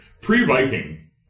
pre-Viking